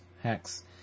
hex